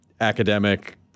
academic